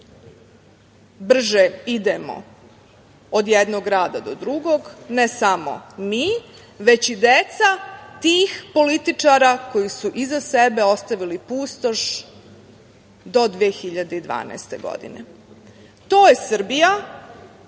brže idemo od jednog grada do drugog ne samo mi već i deca tih političara koju su iza sebe ostavili pustoš do 2012. godine. To je Srbija